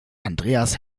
andreas